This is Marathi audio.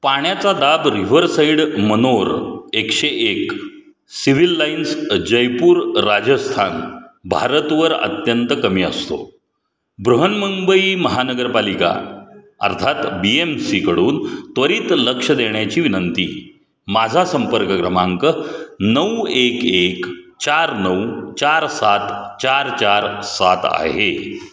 पाण्याचा दाब रिव्हरसाईड मनोर एकशे एक सिव्हिल लाईन्स जयपूर राजस्थान भारतवर अत्यंत कमी असतो बृहन्मुंबई महानगरपालिका अर्थात बी एम सीकडून त्वरित लक्ष देण्याची विनंती माझा संपर्क क्रमांक नऊ एक एक चार नऊ चार सात चार चार सात आहे